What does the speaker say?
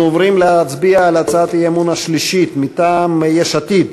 אנחנו עוברים להצביע על הצעת האי-אמון מטעם יש עתיד: